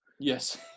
Yes